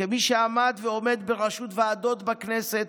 וכמי שעמד ועומד בראשות ועדות בכנסת,